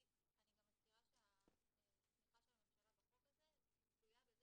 אני גם מזכירה שהתמיכה של הממשלה בחוק הזה תלויה בזה